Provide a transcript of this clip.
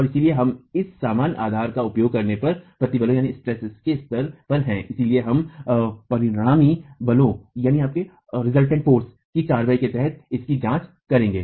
और इसलिए हम एक समान आधार का उपयोग करेंगे यह प्रतिबलों के स्तर पर है लेकिन हम परिणामी बलों की कार्रवाई के तहत इसकी जांच करेंगे